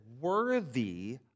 worthy